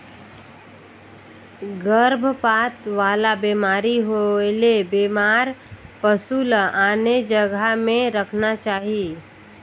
गरभपात वाला बेमारी होयले बेमार पसु ल आने जघा में रखना चाही